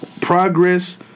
Progress